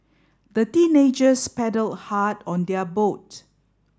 the teenagers paddled hard on their boat